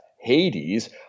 Hades